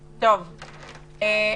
בעד?